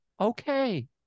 Okay